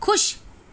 ਖੁਸ਼